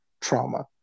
trauma